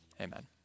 Amen